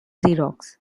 xerox